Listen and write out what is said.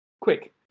Quick